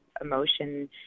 emotion